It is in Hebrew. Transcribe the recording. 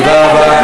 תודה רבה.